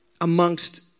amongst